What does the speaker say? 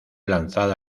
lanzada